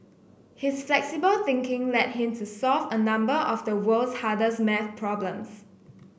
his flexible thinking led him to solve a number of the world's hardest maths problems